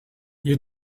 you